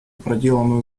проделанную